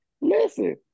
listen